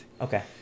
Okay